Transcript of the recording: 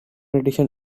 edition